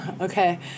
Okay